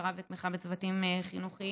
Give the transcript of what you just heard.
הכשרה ותמיכה בצוותים חינוכיים,